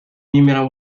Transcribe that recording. میمیرم